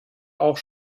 auch